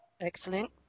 Excellent